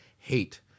hate